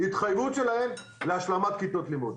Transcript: התחייבות שלהם להשלמת כיתות לימוד.